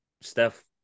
Steph